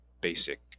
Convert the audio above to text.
basic